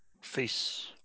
face